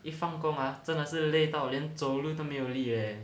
一放工啊真的是累到走路都没有力 leh